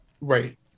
right